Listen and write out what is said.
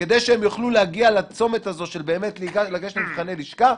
כדי שהם יוכלו להגיע לצומת הזו של לגשת למבחני לשכה.